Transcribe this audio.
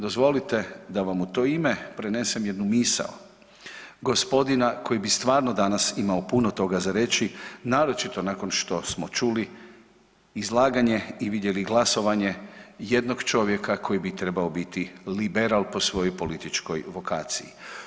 Dozvolite da vam u to ime prenesem jednu misao gospodina koji bi stvarno danas imao puno toga za reći, naročito nakon što smo čuli izlaganje i vidjeli glasovanje jednog čovjeka koji bi trebao biti liberal po svojoj političkoj vokaciji.